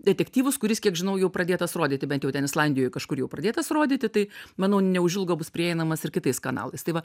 detektyvus kuris kiek žinau jau pradėtas rodyti bent jau ten islandijoj kažkur jau pradėtas rodyti tai manau neužilgo bus prieinamas ir kitais kanalais tai va